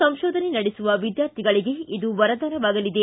ಸಂಶೋಧನೆ ನಡೆಸುವ ವಿದ್ವಾರ್ಥಿಗಳಿಗೆ ಇದು ವರದಾನವಾಗಲಿದೆ